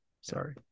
Sorry